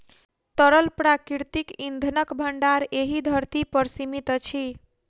तरल प्राकृतिक इंधनक भंडार एहि धरती पर सीमित अछि